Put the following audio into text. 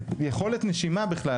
יכולת נשימה בכלל,